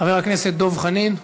חבר הכנסת דב חנין,